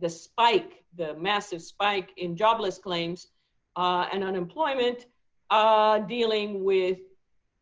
the spike, the massive spike in jobless claims and unemployment ah dealing with